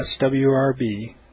swrb